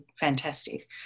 fantastic